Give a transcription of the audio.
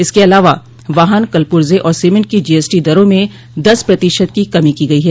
इसके अलावा वाहन कलपुर्जे और सीमेन्ट की जीएसटी दरों में दस प्रतिशत की कमी की गयी है